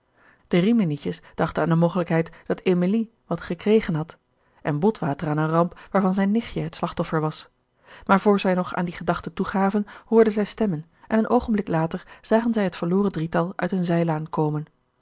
de riminietjes dachten aan de mogelijkheid dat emilie wat gekregen had en botwater aan eene ramp waarvan zijn nichtje het slachtoffer was maar voor zij nog aan die gedachten toegaven hoorden zij stemmen en een oogenblik later zagen zij het verloren drietal uit een zijlaan komen